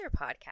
podcast